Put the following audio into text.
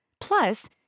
Plus